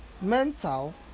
mental